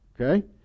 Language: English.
Okay